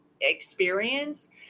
experience